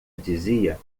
dizia